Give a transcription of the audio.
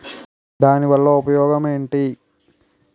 దాని వల్ల ఉపయోగం ఎంటి?